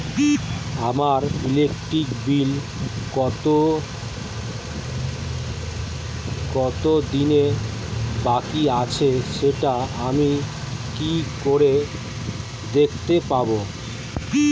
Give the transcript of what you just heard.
আমার electric bill কত দিনের বাকি আছে সেটা আমি কি করে দেখতে পাবো?